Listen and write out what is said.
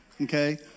okay